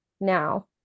now